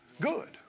good